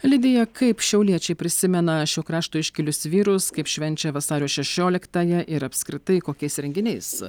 lidija kaip šiauliečiai prisimena šio krašto iškilius vyrus kaip švenčia vasario šešioliktąją ir apskritai kokiais renginiais